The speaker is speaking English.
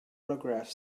autograph